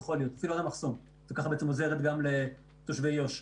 אפילו עד המחסום ובכך עוזרת גם לתושבי יו"ש.